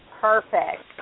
perfect